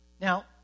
Now